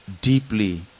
deeply